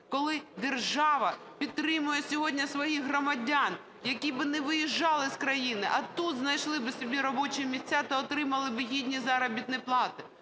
коли держава підтримує сьогодні своїх громадян, які б не виїжджали з країни, а тут знайшли би собі робочі місця та отримали б гідні заробітні плати.